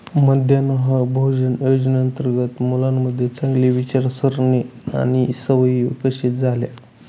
मध्यान्ह भोजन योजनेअंतर्गत मुलांमध्ये चांगली विचारसारणी आणि सवयी विकसित झाल्या